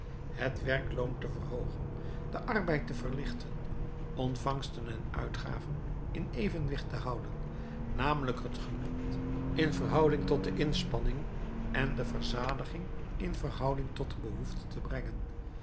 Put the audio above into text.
het werkloon te verhoogen den arbeid te verlichten ontvangsten en uitgaven in evenwicht te houden namelijk het genot in verhouding tot de inspanning en de verzadiging in verhouding tot de behoefte te brengen